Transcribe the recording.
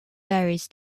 varies